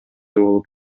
болуп